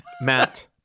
Matt